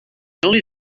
only